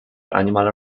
animal